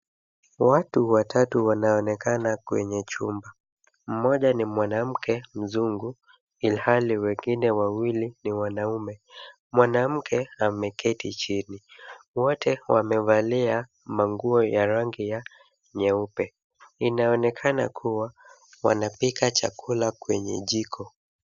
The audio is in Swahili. Watu watatu wanaonekana kwenye chumba. Mmoja ni mwanamke mzungu ilhali wengine wawili ni wanaume. Mwanamke ameketi chini. Wote wamevalia manguo ya rangi ya nyeupe. Inaonekana kuwa, wanapika chakula kwenye jiko.